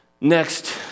Next